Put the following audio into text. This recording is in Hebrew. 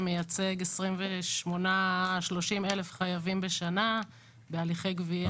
שמייצג 30,000 חייבים בשנה בהליכי גבייה מכל הסוגים.